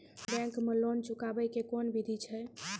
Bank माई loan चुकाबे के कोन बिधि छै?